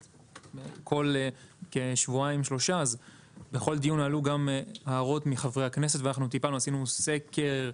בכל דיון שהיה פה עלו הערות מחברי הכנסת שטיפלנו בהן.